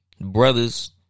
brothers